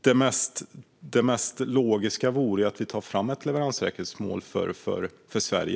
Det mest logiska vore att vi tog fram ett leveranssäkerhetsmål för Sverige.